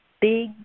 big